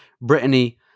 Brittany